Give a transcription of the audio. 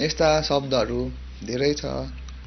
यस्ता शब्दहरू धेरै छ